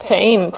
Pain